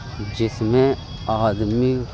جس میں آدمی